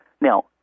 Now